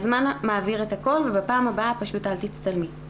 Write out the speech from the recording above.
הזמן מעביר את הכול ובפעם הבאה פשוט אל תצטלמי.